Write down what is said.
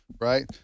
right